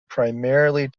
primarily